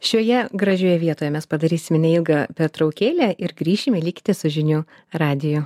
šioje gražioje vietoje mes padarysime neilgą pertraukėlę ir grįšime likite su žinių radiju